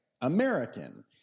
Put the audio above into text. American